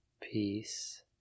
Peace